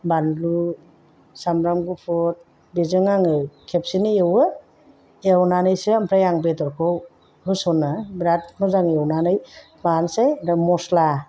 बानलु सामब्राम गुफुर बेजोंनो आङो खेबसेनो एवो एवनानैसो ओमफ्राय आङो बेदरखौ होस'नो बिराद मोजां एवनानै लानोसै आरो मस्ला